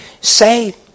Say